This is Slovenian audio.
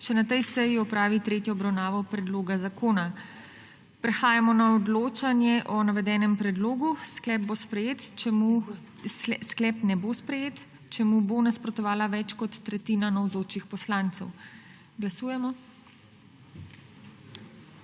še na tej seji opravi tretjo obravnavo predloga zakona. Prehajamo na odločanje o navedenem predlogu. Sklep ne bo sprejet, če mu bo nasprotovala več kot tretjina navzočih poslancev. Glasujemo.